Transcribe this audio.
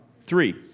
Three